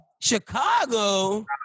Chicago